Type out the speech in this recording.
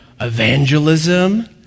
evangelism